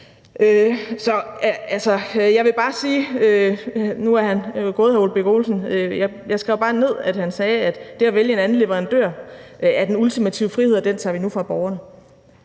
jeg skrev bare ned, at han sagde, at det at vælge en anden leverandør er den ultimative frihed, og at vi nu tager den fra borgerne,